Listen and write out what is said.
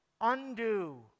undo